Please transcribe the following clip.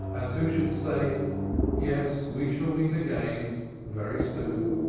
as who should say yes, we shall meet again very soon.